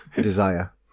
desire